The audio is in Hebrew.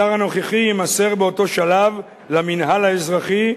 האתר הנוכחי יימסר באותו שלב למינהל האזרחי,